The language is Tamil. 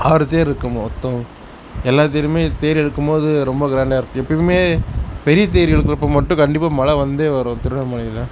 ஆறு தேரிருக்கு மொத்தம் எல்லா தேருமே தேர் இழுக்கும்போது ரொம்ப கிராண்டாயிருக்கும் எப்போயுமே பெரிய தேர் இழுக்குறப்போ மட்டும் கண்டிப்பாக மழை வந்தே வரும் திருவண்ணாமலையில்